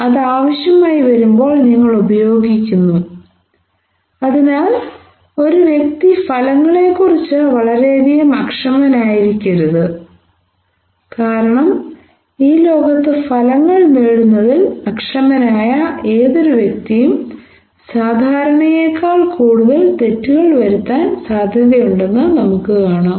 അത് ആവശ്യമായി വരുമ്പോൾ നിങ്ങൾ ഉപയോഗിക്കുന്നു അതിനാൽ ഒരു വ്യക്തി ഫലങ്ങളെക്കുറിച്ച് വളരെയധികം അക്ഷമനായിരിക്കരുത് കാരണം ഈ ലോകത്ത് ഫലങ്ങൾ നേടുന്നതിൽ അക്ഷമനായ ഏതൊരു വ്യക്തിയും സാധാരണേയെക്കാൾ കൂടുതൽ തെറ്റുകൾ വരുത്താൻ സാധ്യതയുണ്ടെന്ന് നമുക്ക് കാണാം